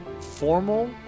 formal